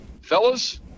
fellas